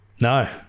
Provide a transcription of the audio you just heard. no